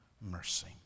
mercy